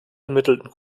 ermittelten